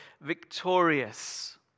victorious